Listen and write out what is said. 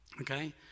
okay